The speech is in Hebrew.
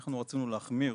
אנחנו רצינו להחמיר